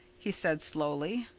he said slowly.